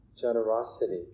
generosity